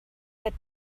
that